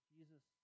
Jesus